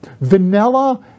vanilla